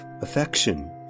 affection